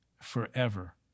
forever